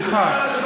סליחה.